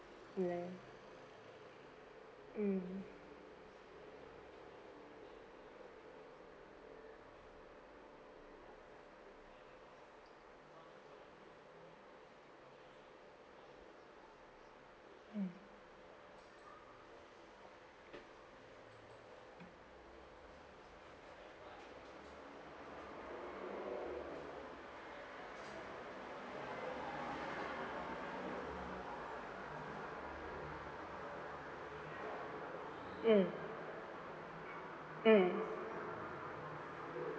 you leh mm mm mm mm